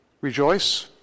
Rejoice